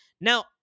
Now